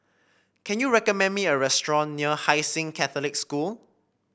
can you recommend me a restaurant near Hai Sing Catholic School